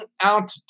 out